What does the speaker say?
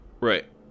Right